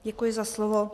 Děkuji za slovo.